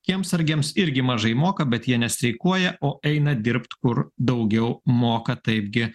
kiemsargiams irgi mažai moka bet jie nestreikuoja o eina dirbt kur daugiau moka taipgi